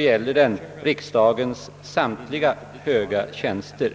gäller den riksdagens samtliga högsta tjänster.